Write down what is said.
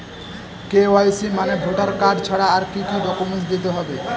KYC মানে voter card ছাড়া আর কি কি ডকুমেন্ট দিতে হবে?